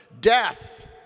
Death